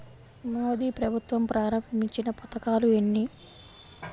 మోదీ ప్రభుత్వం ప్రారంభించిన పథకాలు ఎన్ని?